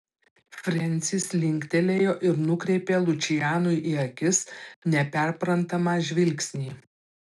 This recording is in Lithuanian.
frensis linktelėjo ir nukreipė lučianui į akis neperprantamą žvilgsnį